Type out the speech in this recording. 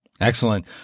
Excellent